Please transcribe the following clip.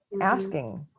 asking